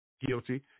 guilty